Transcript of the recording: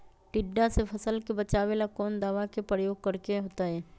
टिड्डा से फसल के बचावेला कौन दावा के प्रयोग करके होतै?